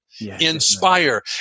inspire